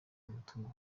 umutungo